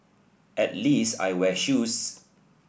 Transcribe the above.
at least I wear shoes